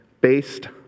based